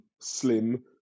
slim